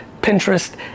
Pinterest